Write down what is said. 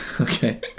Okay